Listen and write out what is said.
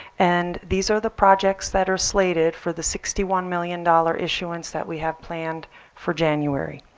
and these are the projects that are slated for the sixty one million dollars issuance that we have planned for january.